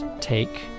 take